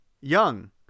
young